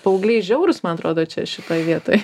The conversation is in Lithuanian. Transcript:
paaugliai žiaurūs man atrodo čia šitoj vietoj